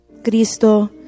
Cristo